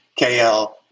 KL